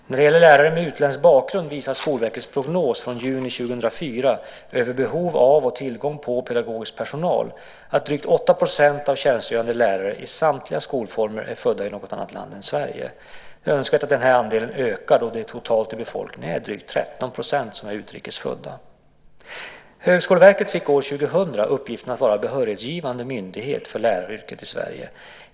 När det gäller lärare med utländsk bakgrund visar Skolverkets prognos från juni 2004 över behov av och tillgång till pedagogisk personal, att drygt 8 % av tjänstgörande lärare i samtliga skolformer är födda i något annat land än Sverige. Det är önskvärt att öka denna andel då det totalt i befolkningen är drygt 13 % som är utrikes födda. Högskoleverket fick år 2000 uppgiften att vara behörighetsgivande myndighet för läraryrket i Sverige.